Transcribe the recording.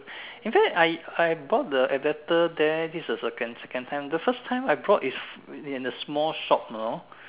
in fact I I bought the adaptor there this is the second second time the first time I bought is in a small shop you know